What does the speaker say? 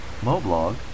Moblog